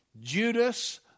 Judas